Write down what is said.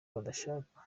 badashaka